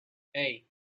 hey